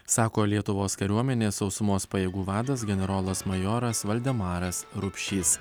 sako lietuvos kariuomenės sausumos pajėgų vadas generolas majoras valdemaras rupšys